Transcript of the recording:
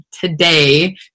today